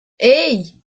hey